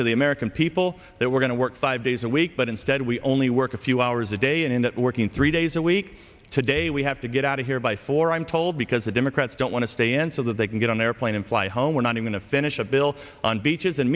to the american people that we're going to work five days a week but instead we only work a few hours a day and in that working three days a week today we have to get out of here by four i'm told because the democrats don't want to stay and so they can get on the airplane and fly home we're not going to finish a bill on beaches and